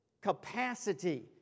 capacity